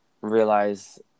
realize